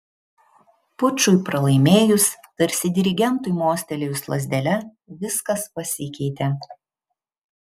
pučui pralaimėjus tarsi dirigentui mostelėjus lazdele viskas pasikeitė